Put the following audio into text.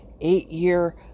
eight-year